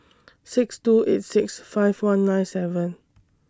six two eight six five one nine seven